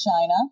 China